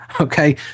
okay